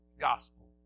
gospel